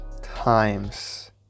times